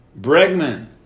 Bregman